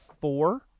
four